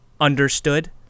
Understood